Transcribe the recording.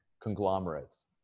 conglomerates